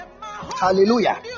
Hallelujah